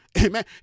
amen